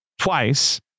twice